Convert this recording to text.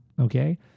Okay